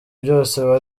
byose